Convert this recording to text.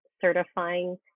certifying